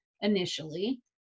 initially